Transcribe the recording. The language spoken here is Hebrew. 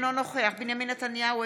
אינו נוכח בנימין נתניהו,